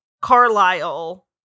carlisle